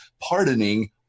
pardoning